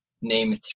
Name